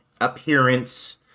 appearance